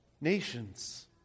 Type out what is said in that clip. Nations